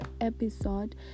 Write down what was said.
episode